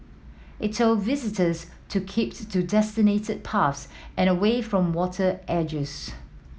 it told visitors to keeps to designated paths and away from water edges